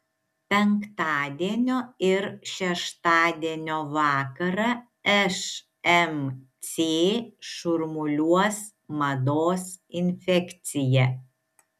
penktadienio ir šeštadienio vakarą šmc šurmuliuos mados infekcija